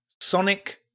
Sonic